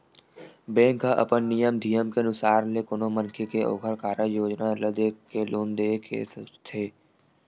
bank ह अपन नियम धियम के अनुसार ले कोनो मनखे के ओखर कारज योजना ल देख के लोन देय के सोचथे